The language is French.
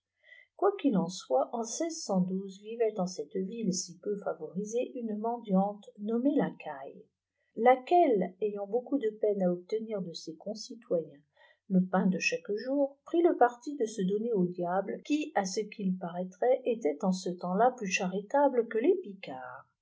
qv'il en soit en vivait en cette ville si peu favorisée une mendiante nomlnopiée lacaille laquelle ayant beaucoup de peine à obtenir des concitoyens le pain do chaque jour prit le parti de se donner aux diables qui à ce qu il paraîtrait était en ce temps-là plus charitable que les